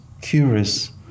curious